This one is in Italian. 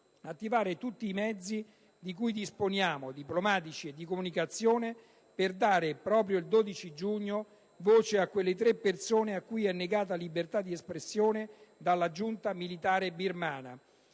attivare tutti i mezzi di cui disponiamo, diplomatici e di comunicazione, per dare voce, proprio il 12 giugno, a quelle tre persone a cui è negata libertà di espressione dalla giunta militare birmana.